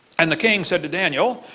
and the king said to daniel,